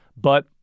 but-